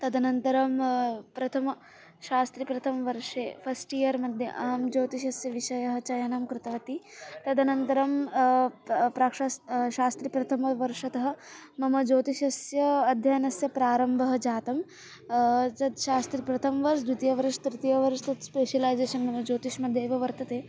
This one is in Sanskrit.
तदनन्तरं प्रथमं शास्त्रीप्रथमवर्षे फ़स्ट् इयर्मध्ये अहं ज्योतिषस्य विषयः चयनं कृतवती तदनन्तरं प्राक् शा शास्त्रीप्रथमवर्षतः मम ज्योतिषस्य अध्ययनस्य प्रारम्भं जातं तत् शास्त्रीप्रथमवर्ष द्वितीयवर्ष तृतीयवर्ष तत् स्पेशलैज़ेशन् मम ज्योतिषमध्ये एव वर्तते